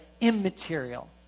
immaterial